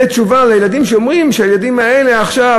זו תשובה למי שאומרים כשהילדים האלה עכשיו,